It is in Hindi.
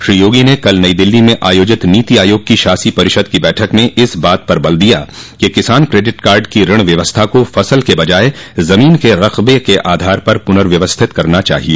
श्री योगी ने कल नई दिल्ली में आयोजित नीति आयोग की शासी परिषद की बैठक में इस बात पर बल दिया कि किसान केडिट कार्ड की ऋण व्यवस्था को फसल के बजाय जमोन के रकबे के आधार पर पुर्नव्यस्थित करना चाहिए